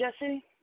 Jesse